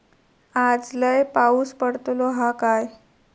आज लय पाऊस पडतलो हा काय?